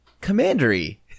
commandery